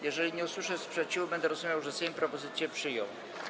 Jeżeli nie usłyszę sprzeciwu, będę rozumiał, że Sejm propozycję przyjął.